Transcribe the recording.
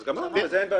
אז גמרנו, אז אין בעיה.